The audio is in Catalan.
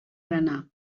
berenar